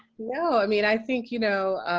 no. i mean, i think you know,